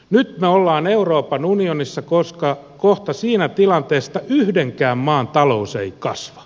nyt me olemme euroopan unionissa koska kohta siitä tilanteesta yhdenkään maan talous ei kasva